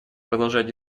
продолжать